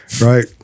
right